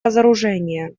разоружения